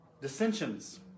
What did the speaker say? Dissensions